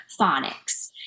phonics